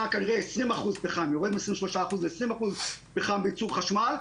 כנראה 20% פחם יורד מ-23% ל-20% בייצור חשמל,